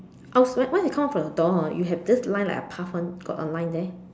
uh what you you come out from the door hor you have this line like a path [one] got a line there